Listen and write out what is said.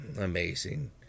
amazing